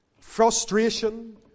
Frustration